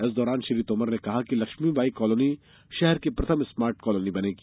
इस दौरान श्री तोमर ने कहा कि लक्ष्मीबाई कॉलोनी शहर की प्रथम स्मार्ट कॉलोनी बनेगी